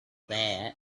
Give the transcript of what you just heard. that